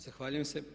Zahvaljujem se.